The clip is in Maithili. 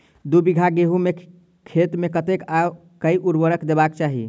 दु बीघा गहूम केँ खेत मे कतेक आ केँ उर्वरक देबाक चाहि?